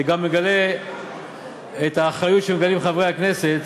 זה גם מגלה את האחריות שמגלים חברי הכנסת